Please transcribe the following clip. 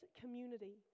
community